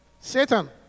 Satan